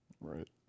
right